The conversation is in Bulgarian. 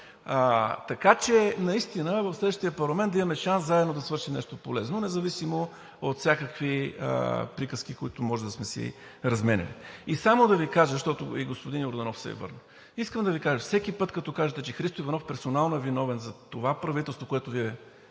ще се радвам в следващия парламент наистина да имаме шанс заедно да свършим нещо полезно, независимо от всякакви приказки, които може да сме си разменяли. И само да Ви кажа, защото и господин Йорданов се върна: всеки път като кажете, че Христо Иванов персонално е виновен за това, че не се е